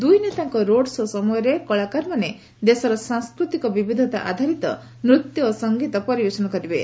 ଦୁଇନେତାଙ୍କ road show ସମୟରେ କଳାକାରମାନେ ଦେଶର ସାଂସ୍କୃତିକ ବିବିଧତା ଆଧାରିତ ନୃତ୍ୟ ଓ ସଂଗୀତ ପରିବେଷଣ କରିବେ